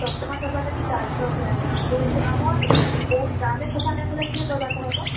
ସଫା କରବା ଲାଗି ବାଧ୍ୟ ପୂରା ଏଟା ଯେହେତୁ ଆମର୍ ବୌଦ୍ଧ୍ ଟା ଆମେ ସଫା ନାଇଁ କଲେ କିଏ କରବା କହ ତ